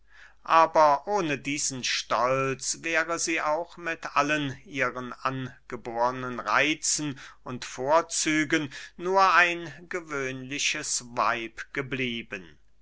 aber ohne diesen stolz wäre sie auch mit allen ihren angebornen reitzen und vorzügen nur ein gewöhnliches weib geblieben